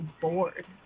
bored